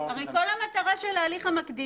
אנחנו לא רוצים --- הרי כל המטרה של ההליך המקדים